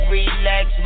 Relax